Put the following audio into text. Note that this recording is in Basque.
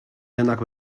denak